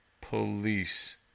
police